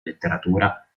letteratura